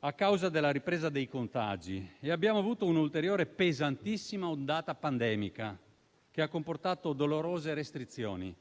a causa della ripresa dei contagi, e abbiamo avuto un'ulteriore e pesantissima ondata pandemica che ha comportato dolorose restrizioni.